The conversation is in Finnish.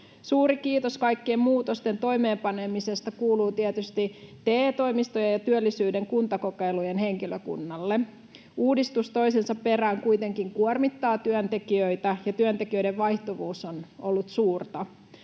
Suuri kiitos kaikkien muutosten toimeenpanemisesta kuuluu tietysti TE-toimistojen ja työllisyyden kuntakokeilujen henkilökunnalle. Uudistus toisensa perään kuitenkin kuormittaa työntekijöitä, ja työntekijöiden vaihtuvuus on ollut suurta.